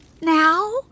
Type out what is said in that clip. Now